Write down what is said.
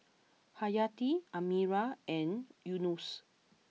Hayati Amirah and Yunos